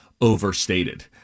overstated